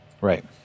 Right